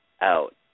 out